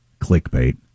clickbait